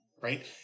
right